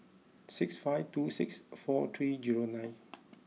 six five two six four three zero nine